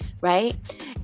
right